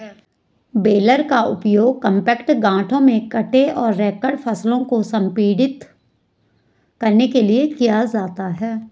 baler का उपयोग compact गांठों में कटे और रेक्ड फसल को संपीड़ित करने के लिए किया जाता है